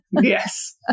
yes